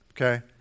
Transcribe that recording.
Okay